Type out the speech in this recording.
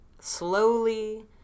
slowly